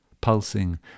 pulsing